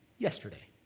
yesterday